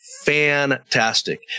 fantastic